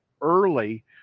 early